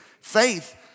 Faith